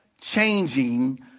changing